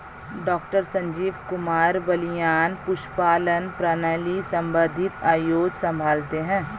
doctor Sanjeev Kumar Balyan पशुपालन प्रणाली संबंधित आयोग संभालते हैं